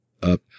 Up